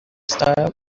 style